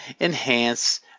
enhance